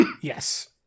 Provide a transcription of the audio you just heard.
Yes